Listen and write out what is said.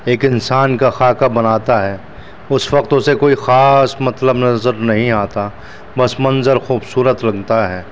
ایک انسان کا خاکہ بناتا ہے اس وقت اسے کوئی خاص مطلب نظر نہیں آتا بس منظر خوبصورت لگتا ہے